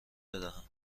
بدهم